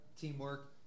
teamwork